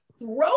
throw